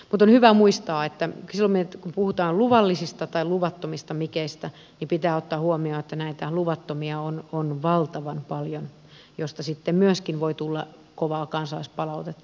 on hyvä muistaa että silloin kun puhutaan luvallisista tai luvattomista mikeistä pitää ottaa huomioon että näitä luvattomia on valtavan paljon joista sitten myöskin voi tulla kovaa kansalaispalautetta